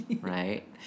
Right